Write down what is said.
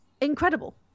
incredible